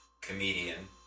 comedian